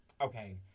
okay